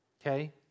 okay